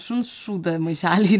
šuns šūdą maišelį